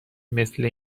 مثل